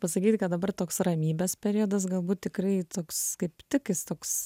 pasakyti kad dabar toks ramybės periodas galbūt tikrai toks kaip tik jis toks